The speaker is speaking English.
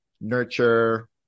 nurture